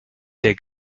der